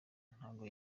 ntago